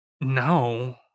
No